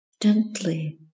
gently